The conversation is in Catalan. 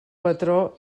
patró